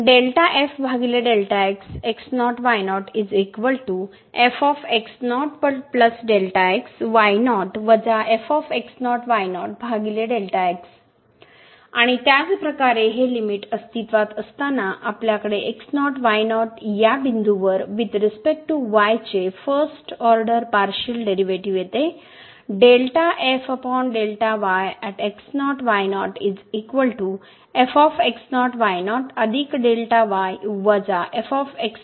आणि त्याचप्रकारे हे लिमिट अस्तित्त्वात असताना आपल्याकडे x0 y0 या बिंदूवर वुईथ रीसपेक्ट टू y चे फर्स्ट ऑर्डर पार्शिअल डेरीवेटीव येते